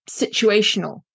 situational